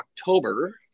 october